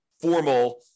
formal